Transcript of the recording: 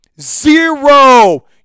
Zero